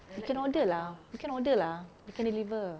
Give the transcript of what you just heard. you can order lah you can order lah they can deliver